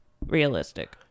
realistic